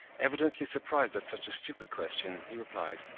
evidently surprised at such a stupid question, he replied,